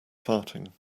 farting